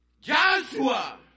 Joshua